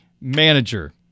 manager